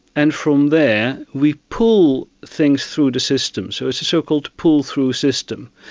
and from there we pull things through the system, so it's a so-called pull-through system.